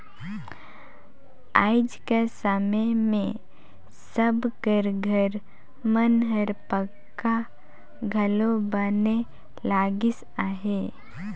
आएज कर समे मे सब कर घर मन हर पक्का घलो बने लगिस अहे